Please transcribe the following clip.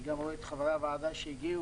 אני גם רואה את חברי הוועדה שהגיעו